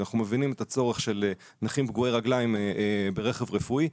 כי אנחנו מבינים את הצורך של נכים פגועי רגליים ברכב רפואי,